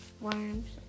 worms